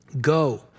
go